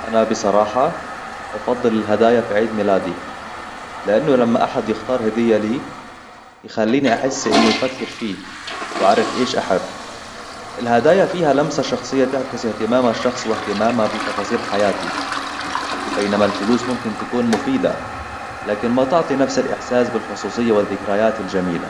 أنا بصراحة أفضل الهدايا في عيد ميلادي لأنه لما أحد يختار هدية لي يخليني أحس إنه يفكر فيه وأعرف إيش أحب. الهدايا فيها لمسة شخصية تعكس إهتمام الشخص وإهتمامه بتفاصيل حياتي بينما الفلوس ممكن تكون مفيدة لكن ما تعطي نفس الإحساس بالخصوصية والذكريات الجميلة